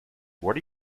what